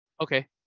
okay